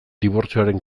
dibortzioaren